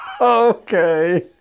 Okay